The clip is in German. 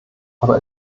aber